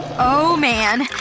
oh man,